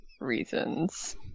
reasons